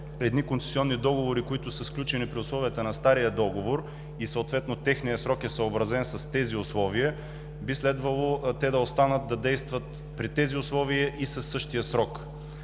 едни концесионни договори, които са сключени при условията на стария договор и съответно техният срок е съобразен с тези условия, би следвало те да останат да действат при тези условия и със същия срок.